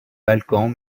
balkans